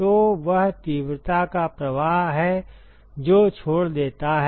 तो वह तीव्रता का प्रवाह है जो छोड़ देता है